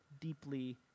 deeply